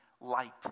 light